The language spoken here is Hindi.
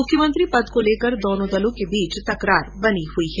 मुख्यमंत्री पद को लेकर दोनों दलों के बीच तकरार बनी हुई है